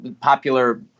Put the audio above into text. popular